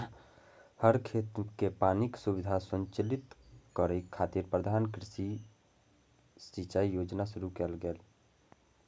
हर खेत कें पानिक सुविधा सुनिश्चित करै खातिर प्रधानमंत्री कृषि सिंचाइ योजना शुरू कैल गेलै